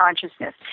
consciousness